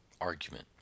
argument